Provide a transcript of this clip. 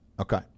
Okay